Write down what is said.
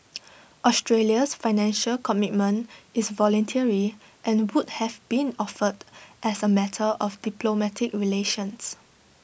Australia's Financial Commitment is voluntary and would have been offered as A matter of diplomatic relations